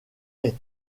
est